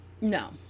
No